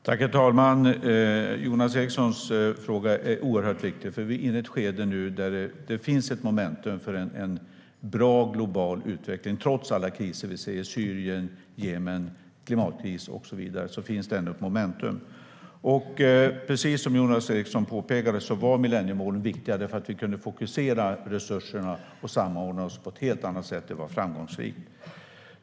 Herr talman! Jonas Erikssons fråga är oerhört viktig. Vi är nu inne i ett skede där det finns ett momentum för en bra global utveckling. Trots alla kriser vi ser - kriserna i Syrien och Jemen, klimatkrisen och så vidare - finns det ändå ett momentum. Precis som Jonas Eriksson påpekade var millenniemålen viktiga, för vi kunde fokusera resurserna och samordna oss på ett helt annat sätt. Det var framgångsrikt.